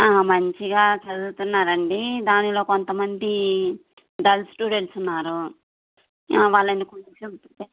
మంచిగా చదుతున్నారు అండి దానిలో కొంతమంది డల్ స్టూడెంట్స్ ఉన్నారు వాళ్ళని కొంచెం ప్రిపేర్